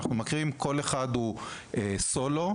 אנחנו מכירים כל תפקיד כתפקיד סולו,